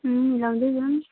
मिलाउँदै जाउँ